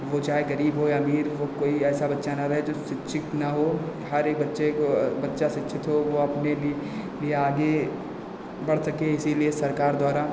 वह चाहे गरीब हो या अमीर हो कोई ऐसा बच्चा ना रहे जो शिक्षीत ना हो हरेक बच्चे को बच्चा शिक्षित हो वह अपने लिए लिए आगे बढ़ सके इसीलिए सरकार द्वारा